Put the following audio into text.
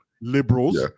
liberals